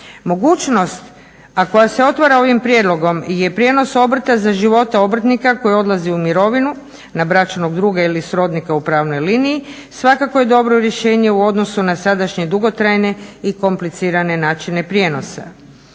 Mogućnost a koja se otvara ovim prijedlogom je prijenos obrta za života obrtnika koji odlazi u mirovinu na bračnog druga ili srodnika u pravnoj liniji, svakako je dobro rješenje u odnosu na sadašnje dugotrajne i komplicirane načine prijenosa.